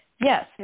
Yes